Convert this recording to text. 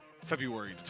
February